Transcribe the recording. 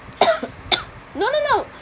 no no no